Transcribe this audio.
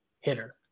hitter